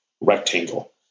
rectangle